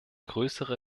größere